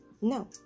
no